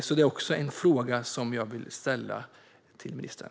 Detta är också en fråga som jag vill ställa till ministern.